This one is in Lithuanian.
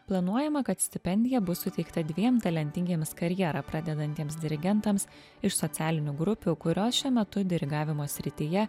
planuojama kad stipendija bus suteikta dviem talentingiems karjerą pradedantiems dirigentams iš socialinių grupių kurios šiuo metu dirigavimo srityje